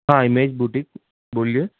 ہاں image boutique بولیے